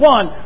One